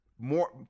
more